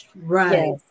Right